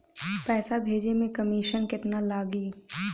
पैसा भेजे में कमिशन केतना लागि?